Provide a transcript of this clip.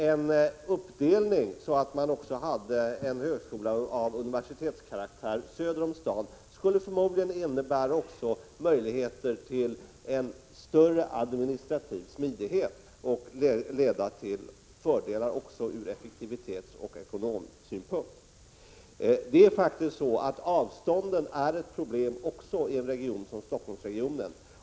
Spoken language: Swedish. En uppdelning så att man också hade en högskola av universitetskaraktär söder om staden skulle förmodligen innebära möjligheter till en större administrativ smidighet och fördelar ur effektivitetsoch ekonomisynpunkt. Det är faktiskt så att avstånden är ett problem också i en region som Stockholmsregionen.